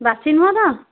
ବାସି ନୁହଁ ତ